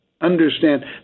understand